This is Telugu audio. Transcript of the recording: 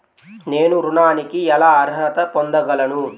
నేను ఋణానికి ఎలా అర్హత పొందగలను?